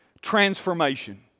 transformation